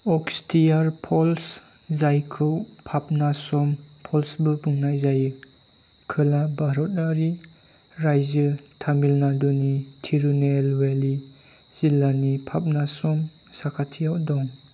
Agasthiyar falls जायखौ पापनासम फल्सबो बुंनाय जायो खोला भारतयारि रायजो तमिलनाडुनि तिरुनेलवेली जिल्लानि पापनासम साखाथियाव दं